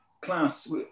class